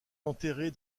enterrée